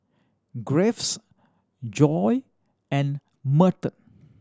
Graves Joye and Merton